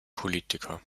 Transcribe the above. politiker